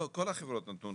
לא, כל החברות נותנות.